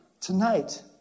tonight